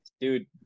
dude